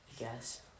Yes